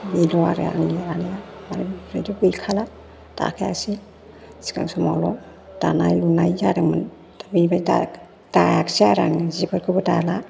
बिल' आरो आंनि दानाया आरो बेनिफ्रायथ' गैखाला दाखायासै सिगां समावल' दानाय लुनाय जादोंमोन बेनिफ्राइ दा दायाखसै आरो आं जिफोरखौबो दाला